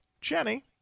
Jenny